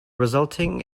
resulting